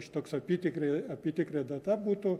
šitoks apytikriai apytikrė data būtų